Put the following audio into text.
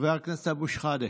חבר הכנסת אבו שחאדה.